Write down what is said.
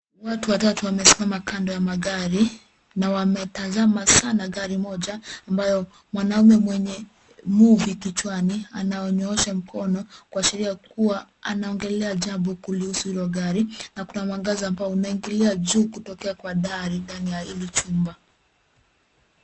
Watu watatu wamesimama kando ya magari na wametazama sana gari moja ambayo mwanaume mwenye mvi kichwani ananyoosha mkono kuashiria kuwa anaongelea jambo kuhusu hilo gari na kuna mwangaza ambao unaingililia juu kutokea kwa dari ndani ya hili jumba.